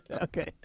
Okay